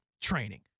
training